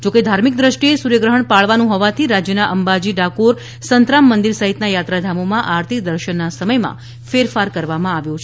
જો કે ધાર્મિક દ્રષ્ટિએ સૂર્યગ્રહણ પાળવાનું હોવાથી રાજ્યના અંબાજી ડાકોર સંતરામ મંદિર સહિતના યાત્રાધામોમાં આરતી દર્શનના સમયમાં ફેરફાર કરવામાં આવ્યો છે